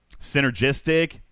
Synergistic